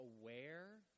aware